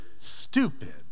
stupid